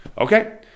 Okay